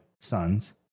sons